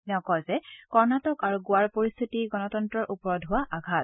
তেওঁ কয় যে কৰ্ণাটক আৰু গোৱাৰ পৰিস্থিতি গণতন্তৰৰ ওপৰত হোৱা আঘাত